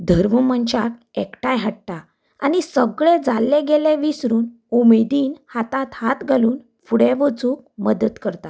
धर्म मनशाक एकठांय हाडटा आनी सगळें जाल्लें गेल्लें विसरून उमेदीन हातांत हात घालून फुडें वचूंक मदत करता